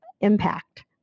impact